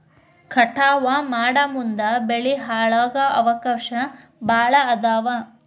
ಕಟಾವ ಮಾಡುಮುಂದ ಬೆಳಿ ಹಾಳಾಗು ಅವಕಾಶಾ ಭಾಳ ಅದಾವ